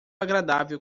agradável